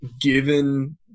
given